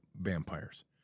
vampires